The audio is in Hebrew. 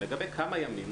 אני יודע את הקושי הגדול.